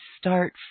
start